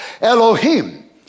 Elohim